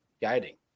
guiding